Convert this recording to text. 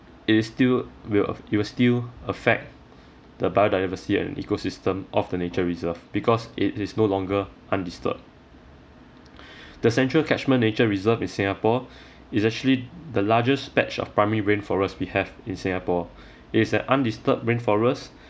it is still will af~ it will still affect the biodiversity and ecosystem of the nature reserve because it is no longer undisturbed the central catchment nature reserve in singapore it's actually the largest patch of primary rainforest we have in singapore it is an undisturbed rainforest